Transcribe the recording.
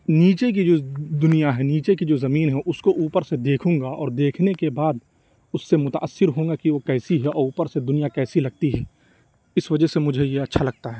نیچے کی جو دنیا ہے نیچے کی جو زمین ہے اُس کو اوپر سے دیکھوں گا اور دیکھنے کے بعد اُس سے متأثر ہوں گا کہ وہ کیسی ہے اور اوپر سے دنیا کیسی لگتی ہے اِس وجہ سے مجھے یہ اچھا لگتا ہے